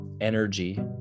energy